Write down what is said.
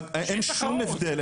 אני אומר, אין שום הבדל.